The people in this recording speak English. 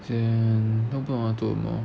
sian 都不懂要做什么